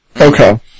Okay